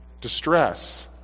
distress